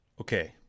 Okay